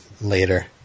later